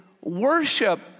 worship